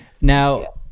now